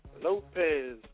Lopez